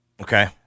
Okay